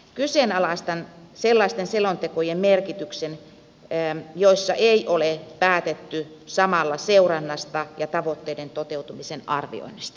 kyseenalaistan sellaisten selontekojen merkityksen joissa ei ole päätetty samalla seurannasta ja tavoitteiden toteutumisen arvioinnista